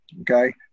Okay